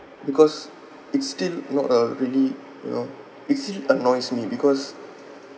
because it's still not a really you know it actually annoys me because